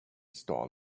stall